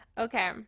Okay